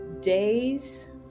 days